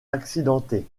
accidenté